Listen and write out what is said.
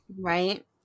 Right